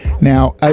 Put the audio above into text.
Now